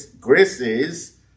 graces